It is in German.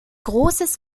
großes